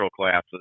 classes